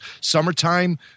summertime